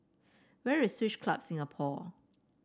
where is Swiss Club Singapore